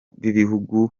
b’ibihugu